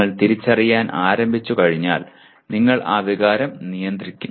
നിങ്ങൾ തിരിച്ചറിയാൻ ആരംഭിച്ചുകഴിഞ്ഞാൽ നിങ്ങൾ ആ വികാരം നിയന്ത്രിക്കും